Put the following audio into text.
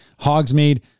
Hogsmeade